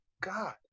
god